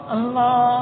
Allah